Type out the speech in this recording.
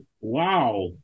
wow